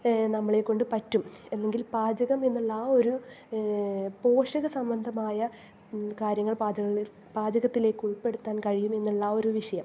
നമ്മളെ കൊണ്ട് പറ്റും എങ്കിൽ പാചകം എന്നുള്ള ആ ഒരു പോഷക സംബന്ധമായ കാര്യങ്ങൾ പാചകങ്ങളിൽ പാചകത്തിലേക്ക് ഉൾപ്പെടുത്താൻ കഴിയുമെന്നുള്ള ആ ഒരു വിഷയം